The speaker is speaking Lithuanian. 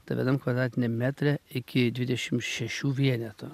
tai vienam kvadratiniam metre iki dvidešim šešių vienetų